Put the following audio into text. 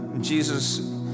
Jesus